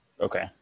Okay